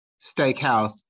steakhouse